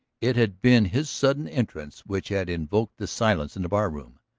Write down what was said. it had been his sudden entrance which had invoked the silence in the barroom.